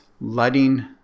letting